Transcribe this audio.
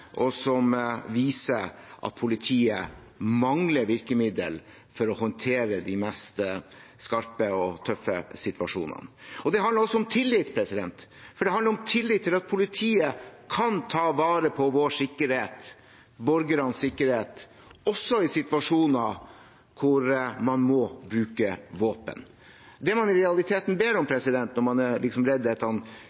og som viser at politiet mangler virkemidler for å håndtere de mest skarpe og tøffe situasjonene. Det handler også om tillit. Det handler om tillit til at politiet kan ta vare på vår sikkerhet, borgernes sikkerhet, også i situasjoner hvor man må bruke våpen. Det man i realiteten ber om